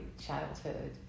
childhood